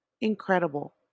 incredible